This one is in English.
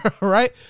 Right